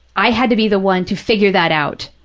i had to be the one to figure that out.